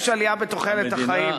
יש עלייה בתוחלת החיים.